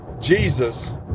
Jesus